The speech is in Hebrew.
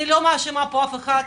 אני לא מאשימה אף אחד,